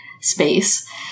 space